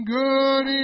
good